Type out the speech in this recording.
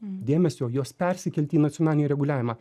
dėmesio jos persikelti į nacionalinį reguliavimą